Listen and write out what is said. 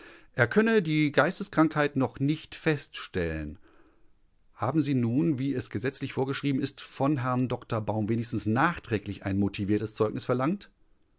er könne die geisteskrankheit noch nicht feststellen haben sie nun wie es gesetzlich vorgeschrieben ist von herrn dr baum wenigstens nachträglich ein motiviertes zeugnis verlangt